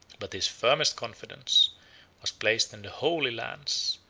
but his firmest confidence was placed in the holy lance,